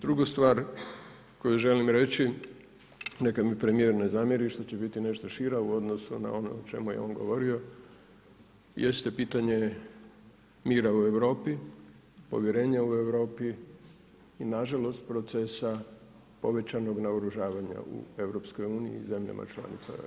Drugu stvar koju želim reći neka mi premijer ne zamjeri što će biti nešto šira u odnosu na ono o čemu je on govorio jeste pitanje mira u Europi, povjerenja u Europi i na žalost procesa povećanog naoružavanja u EU, u zemljama članicama EU.